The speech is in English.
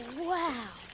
wow.